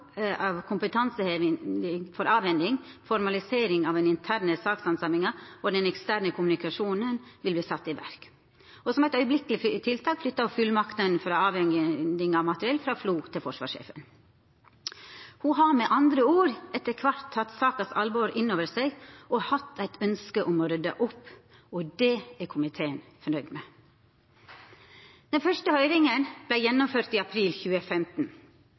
av kompetanseheving for avhending, formalisering av den interne sakshandsaminga og den eksterne kommunikasjonen skulle setjast i verk, og som eit strakstiltak flytta ho fullmaktene for avhending av materiell frå FLO til forsvarssjefen. Ho har med andre ord etter kvart teke alvoret i saka inn over seg og hatt eit ønske om å rydda opp. Det er komiteen fornøgd med. Den første høyringa vart gjennomført i april 2015,